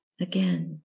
again